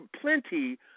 plenty